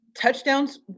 touchdowns